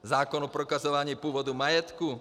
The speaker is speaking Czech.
Zákon o prokazování původu majetku.